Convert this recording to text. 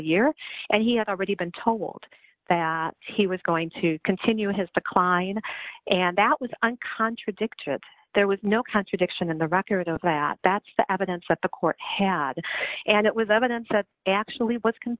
year and he had already been told that he was going to continue his decline and that was on contradictory that there was no contradiction in the record of that that's the evidence that the court had and it was evidence that actually was c